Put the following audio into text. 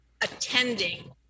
attending